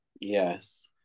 Yes